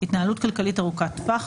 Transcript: התנהלות כלכלית ארוכת טווח,